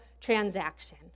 transaction